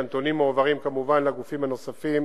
הנתונים מועברים כמובן לגופים הנוספים,